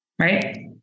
Right